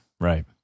right